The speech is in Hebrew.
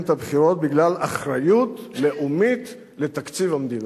את הבחירות בגלל אחריות לאומית לתקציב המדינה.